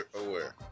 aware